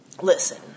Listen